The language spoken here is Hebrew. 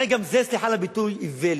הרי גם זה, סליחה על הביטוי, איוולת.